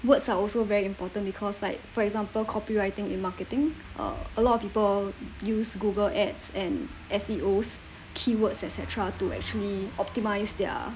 words are also very important because like for example copywriting in marketing uh a lot of people use Google ads and S_E_Os keywords et cetera to actually optimize their